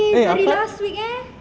eh apa